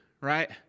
right